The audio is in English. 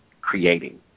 creating